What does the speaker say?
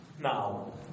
now